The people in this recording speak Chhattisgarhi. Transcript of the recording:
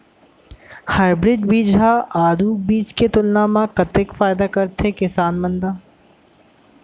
हाइब्रिड बीज हा आरूग बीज के तुलना मा कतेक फायदा कराथे किसान मन ला?